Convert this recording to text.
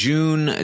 June